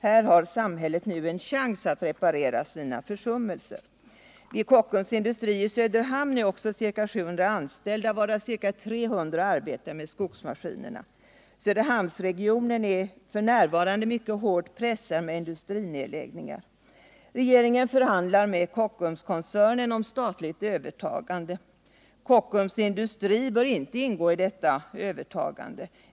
Här har samhället nu en chans att reparera sina försummelser. Vid Kockums Industri AB i Söderhamn är också ca 700 anställda, varav 300 arbetar med skogsmaskinerna. Söderhamnsregionen är f. n. mycket hårt pressad med industrinedläggningar. Regeringen förhandlar med Kockumskoncernen om statligt övertagande. Kockums Industri bör inte ingå i detta övertagande.